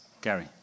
Gary